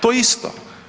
To je isto.